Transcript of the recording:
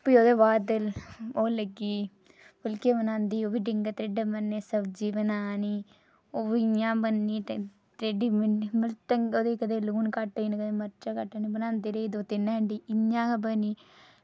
ते भी ओह्दे बाद ओह् लग्गी फुल्के बनांदी ओह्बी डींगे त्रेह्ड्डे बने सब्जी बनानी ओह्बी इंया बनी त्रेह्ड्डी ते कदें लून घट्ट होई जाना ते बनांदी रेही दौ त्रै हांडी ते इंया गै बनी